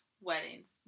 weddings